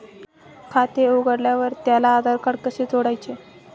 खाते उघडल्यावर त्याला आधारकार्ड कसे जोडायचे?